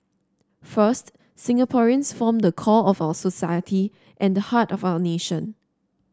first Singaporeans form the core of our society and the heart of our nation